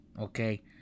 okay